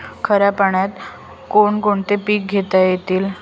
खाऱ्या पाण्यात कोण कोणती पिके घेता येतील?